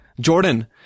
Jordan